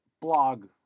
blog